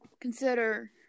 consider